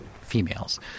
females